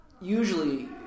Usually